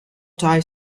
tie